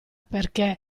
perché